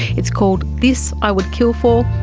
it's called this i would kill for,